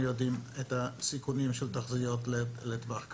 יודעים מה הסיכונים של תחזיות לטווח כזה.